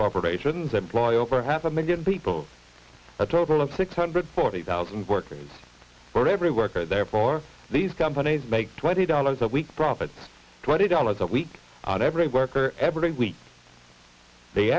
corporations employ over half a million people a total of six hundred forty thousand workers for every worker therefore these companies make twenty dollars a week profit twenty dollars a week on every worker every week they